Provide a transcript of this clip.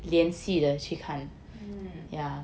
mm